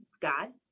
God